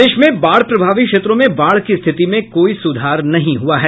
प्रदेश में बाढ़ प्रभावित क्षेत्रों में बाढ़ की रिथित में कोई सुधार नहीं हुआ है